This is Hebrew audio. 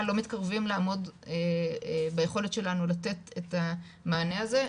לא מתקרבים לעמוד ביכולת שלנו לתת את המענה הזה,